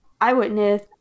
eyewitness